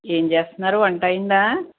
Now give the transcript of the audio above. ఏం చేస్తున్నారు వంట అయిందా